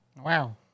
Wow